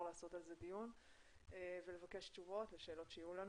לקיים על זה דיון ולבקש תשובות לשאלות שיהיו לנו.